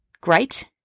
great